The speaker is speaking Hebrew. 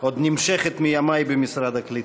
שנמשכת עוד מימי במשרד הקליטה.